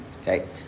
Okay